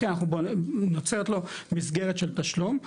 נוצרת לו מסגרת של תשלום,